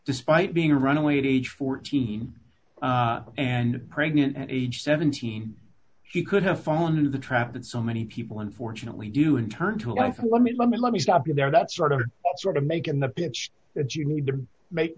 despite being a runaway to age fourteen and pregnant at age seventeen he could have fallen into the trap that so many people unfortunately do in turn to like let me let me let me stop you there that's sort of the sort of making the pitch that you need to make